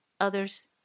others